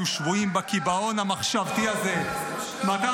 היו שבויים בקיבעון המחשבתי הזה -- די,